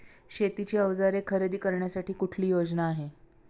शेतीची अवजारे खरेदी करण्यासाठी कुठली योजना आहे?